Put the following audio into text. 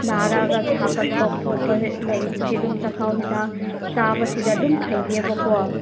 ꯅꯥꯔꯒ ꯁꯥꯒꯠꯄ ꯈꯣꯠꯄ ꯂꯩ ꯁꯤ ꯑꯗꯨꯝ ꯆꯥꯛꯈꯥꯎ ꯍꯤꯗꯥꯛ ꯆꯥꯕꯁꯤꯗ ꯑꯗꯨꯝ ꯐꯩꯌꯦꯕꯀꯣ